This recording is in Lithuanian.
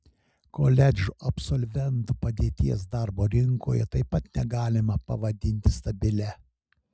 koledžų absolventų padėties darbo rinkoje taip pat negalima pavadinti stabilia